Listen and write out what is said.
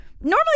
Normally